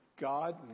God